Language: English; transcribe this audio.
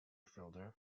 fielder